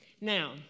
Now